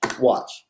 Watch